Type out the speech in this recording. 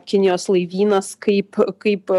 kinijos laivynas kaip kaip